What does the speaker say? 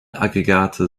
aggregate